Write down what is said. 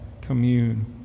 commune